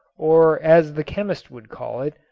or as the chemist would call it,